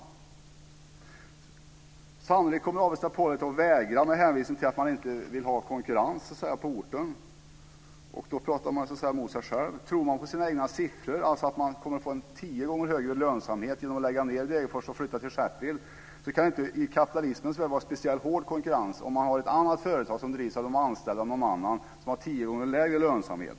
Sannolikt kommer Avesta Polarit att vägra med hänvisning till att man inte vill ha konkurrens på orten. Men då pratar man emot sig själv. Om man tror på sina egna siffror, dvs. att man kommer att få en tio gånger högre lönsamhet genom att lägga ned i Degerfors och flytta till Sheffield, så kan det inte i kapitalismens värld vara en speciellt hård konkurrens från ett annat företag som drivs av de anställda eller av någon annan och som har tio gånger lägre lönsamhet.